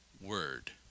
word